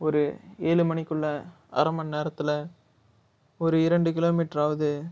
ஒரு ஏழு மணிக்குள்ளே அரை மணி நேரத்தில் ஒரு இரண்டு கிலோ மீட்டராவது